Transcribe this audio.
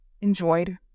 enjoyed